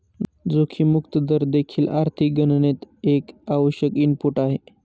जोखीम मुक्त दर देखील आर्थिक गणनेत एक आवश्यक इनपुट आहे